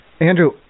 Andrew